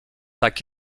tak